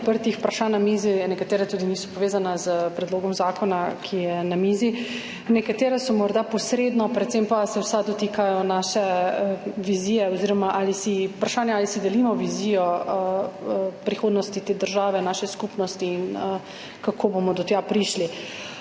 odprtih vprašanj na mizo. Nekatera tudi niso povezana s predlogom zakona, ki je na mizi, nekatera so morda posredno, predvsem pa se vsa dotikajo naše vizije oziroma vprašanja, ali si delimo vizijo prihodnosti te države, naše skupnosti in kako bomo do tja prišli.